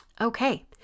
Okay